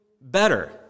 better